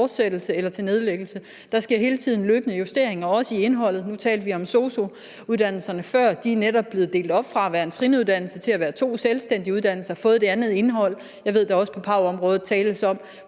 fortsættelse eller til nedlæggelse. Der sker hele tiden løbende justeringer, også i indholdet. Nu talte vi om SOSU-uddannelserne før. De er netop blevet delt op fra at være en trinuddannelse til at være to selvstændige uddannelser og har fået et andet indhold. Jeg ved, at der også på PAV-området tales om